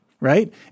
right